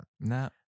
No